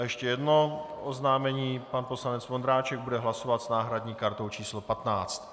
A ještě jedno oznámení, pan poslanec Vondráček bude hlasovat s náhradní kartou číslo 15.